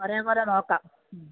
ഒരേ പോലെ നോക്കാം